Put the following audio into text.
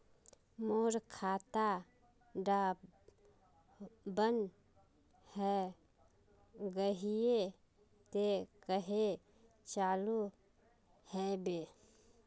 मोर खाता डा बन है गहिये ते कन्हे चालू हैबे?